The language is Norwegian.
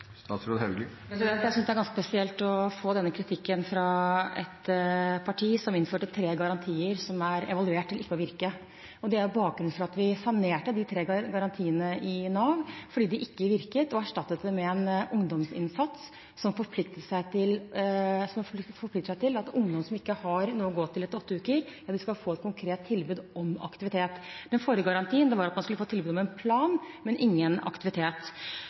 Jeg synes det er ganske spesielt å få denne kritikken fra et parti som innførte tre garantier som er evaluert til ikke å virke. Det er bakgrunnen for at vi sanerte de tre garantiene i Nav, fordi de ikke virket, og erstattet det med en ungdomsinnsats som forplikter seg til at ungdom som ikke har noe å gå til etter åtte uker, skal få et konkret tilbud om aktivitet. Den forrige garantien var at man skulle få tilbud om en plan, men ingen aktivitet.